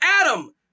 Adam